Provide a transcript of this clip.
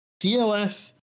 DOF